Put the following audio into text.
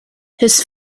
his